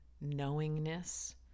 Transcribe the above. knowingness